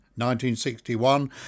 1961